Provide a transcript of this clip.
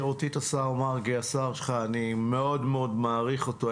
מהיכרותי את השר שלך אני מאוד מעריך אותו,